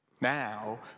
Now